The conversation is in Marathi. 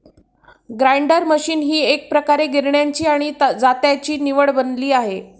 ग्राइंडर मशीन ही एकप्रकारे गिरण्यांची आणि जात्याची निवड बनली आहे